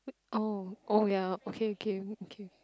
oh oh ya okay okay okay